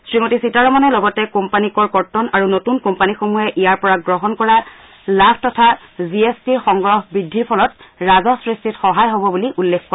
শ্ৰীমতী সীতাৰমণে লগতে কোম্পানী কৰ কৰ্তন আৰু নতুন কোম্পানীসমূহে ইয়াৰ পৰা গ্ৰহণ কৰা লাভ তথা জি এছ টিৰ সংগ্ৰহ বৃদ্ধিৰ ফলত ৰাজহ সৃষ্টিত সহায় হব বুলি উল্লেখ কৰে